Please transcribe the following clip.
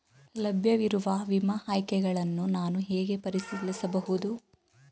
ಲಭ್ಯವಿರುವ ವಿಮಾ ಆಯ್ಕೆಗಳನ್ನು ನಾನು ಹೇಗೆ ಪರಿಶೀಲಿಸಬಹುದು?